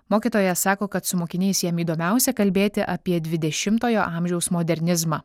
mokytojas sako kad su mokiniais jam įdomiausia kalbėti apie dvidešimtojo amžiaus modernizmą